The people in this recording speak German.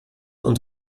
und